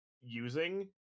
using